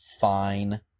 fine